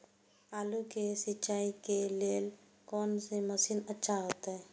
आलू के सिंचाई के लेल कोन से मशीन अच्छा होते?